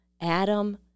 Adam